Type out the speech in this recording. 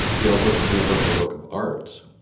the l-word was never a work of art.